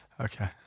Okay